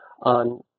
on